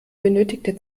benötigte